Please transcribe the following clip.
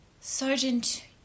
Sergeant